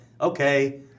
okay